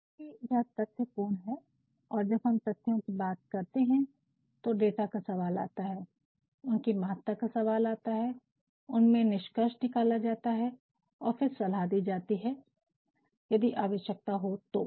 क्योंकि यह तथ्य पूर्ण है और जब हम तथ्यों की बात करते हैं तो डाटा का सवाल आता है उनकी महत्ता का सवाल आता है उनसे निष्कर्ष निकाला जाता है और और फिर सलाह दी जाती है यदि आवश्यकता हो तो